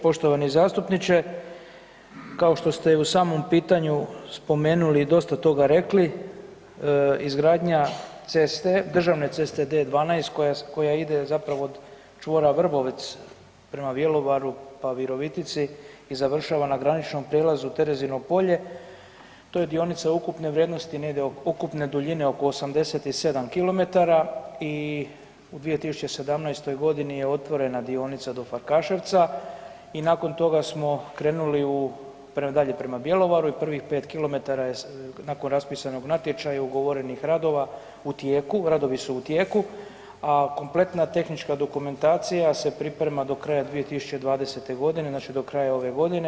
Poštovani zastupniče, kao što ste i u samom pitanju spomenuli i dosta toga rekli, izgradnja ceste, državne ceste D12 koja koja ide zapravo od čvora Vrbovec prema Bjelovaru, pa Virovitici i završava na graničnom prijelazu Terezino polje, to je dionica ukupne vrijednosti negdje oko, ukupne duljine oko 87 kilometara i u 2017.g. je otvorena dionica do Farkaševca i nakon toga smo krenuli u, prema dalje, prema Bjelovaru i prvih 5 kilometara je nakon raspisanog natječaja i ugovorenih radova u tijeku, radovi su u tijeku, a kompletna tehnička dokumentacija se priprema do kraja 2020.g., znači do kraja ove godine.